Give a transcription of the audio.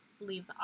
leave